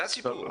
זה הסיפור.